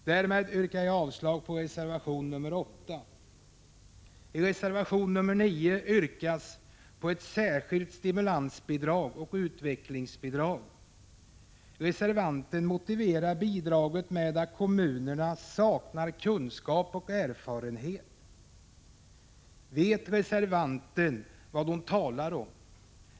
Därmed yrkar jag avslag på reservation nr 8. I reservation nr 9 yrkas på ett särskilt stimulansbidrag och utvecklingsbidrag. Reservanten motiverar bidraget med att kommunerna saknar kunskap och erfarenhet. Vet reservanten vad hon talar om?